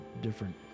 different